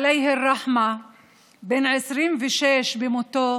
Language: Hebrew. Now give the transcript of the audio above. ניסו לעצור את ההפגנות באמצעות עיריית ירושלים ופניות לבתי המשפט,